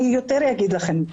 אני אגיד לכם יותר,